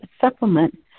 supplement